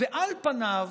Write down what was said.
ועל פניו